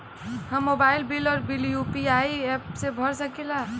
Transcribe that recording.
हम mobile bill और bill UPI app से भर सकिला